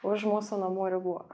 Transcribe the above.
už mūsų namų ribų